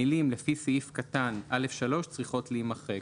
המילים "לפי סעיף קטן (א3)" צריכות להימחק.